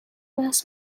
بحث